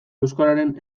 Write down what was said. euskararen